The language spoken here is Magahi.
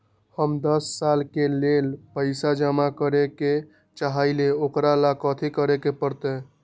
हम दस साल के लेल पैसा जमा करे के चाहईले, ओकरा ला कथि करे के परत?